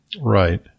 right